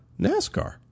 NASCAR